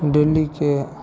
डेलीके